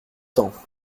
temps